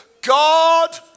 god